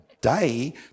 day